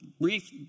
brief